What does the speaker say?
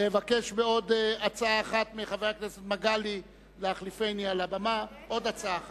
אני מבקש מחבר הכנסת מגלי להחליף אותי על הבמה בעוד הצעה אחת.